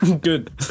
Good